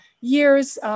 years